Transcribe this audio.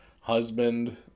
husband